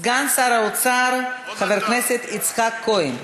2016. יציג את הצעת החוק סגן שר האוצר חבר הכנסת יצחק כהן.